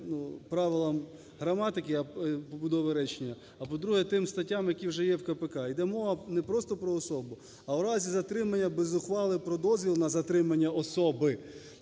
правилам граматики, побудови речення, а, по-друге, тим статтям, які вже є в КПК. Іде мова не просто про особу, а у разі затримання без ухвали про дозвіл на затримання особи,